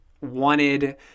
wanted